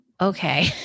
okay